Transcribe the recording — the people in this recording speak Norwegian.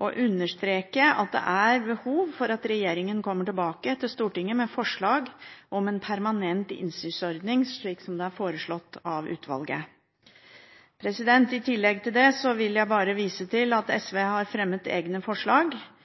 Jeg vil understreke at det er behov for at regjeringen kommer tilbake til Stortinget med forslag om en permanent innsynsordning, slik det er foreslått av utvalget. I tillegg vil jeg vise til at